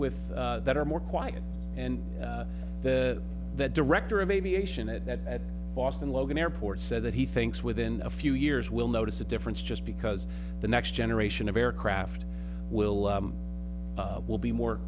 with that or more quiet and the the director of aviation at that at boston logan airport said that he thinks within a few years will notice a difference just because the next generation of aircraft will will be more